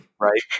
Right